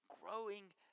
growing